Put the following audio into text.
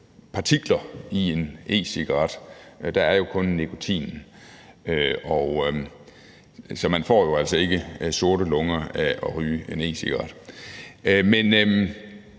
partikler i en e-cigaret, der er kun nikotinen, så man får ikke sorte lunger af at ryge en e-cigaret. Men